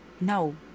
No